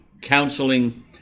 counseling